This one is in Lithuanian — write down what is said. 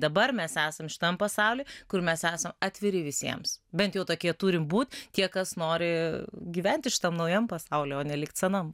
dabar mes esam šitam pasauly kur mes esam atviri visiems bent jau tokie turim būt tie kas nori gyventi šitam naujam pasauly o ne likt senam